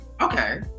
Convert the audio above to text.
Okay